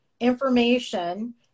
information